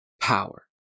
power